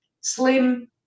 slim